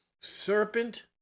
serpent